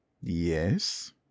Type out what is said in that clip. Yes